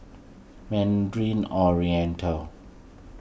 Mandarin Oriental